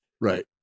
right